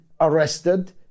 arrested